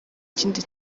kindi